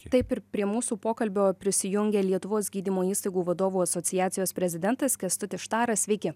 taip ir prie mūsų pokalbio prisijungė lietuvos gydymo įstaigų vadovų asociacijos prezidentas kęstutis štaras sveiki